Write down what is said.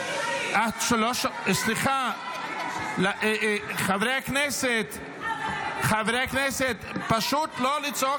--- סליחה, חברי הכנסת, פשוט לא לצעוק,